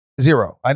Zero